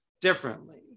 differently